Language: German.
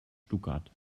stuttgart